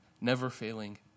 never-failing